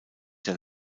der